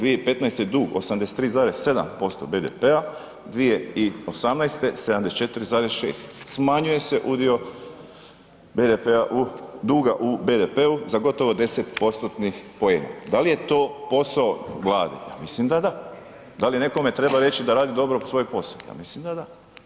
2015. dug 83,7% BDP-a, 2018. 74,6%, smanjuje se udio duga u BDP-u za gotovo 10%-tnih poena, da li je to posao Vlade, ja mislim da da, da li nekome treba reći da radi dobro svoj posao, ja mislim da da.